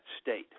state